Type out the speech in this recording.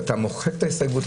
אתה מוחק את ההסתייגויות,